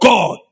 God